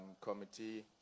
committee